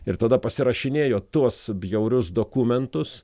ir tada pasirašinėjo tuos bjaurius dokumentus